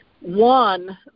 One